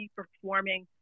performing